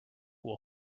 will